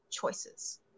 choices